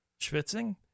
Schwitzing